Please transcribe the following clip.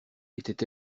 était